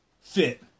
fit